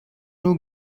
nur